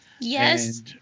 Yes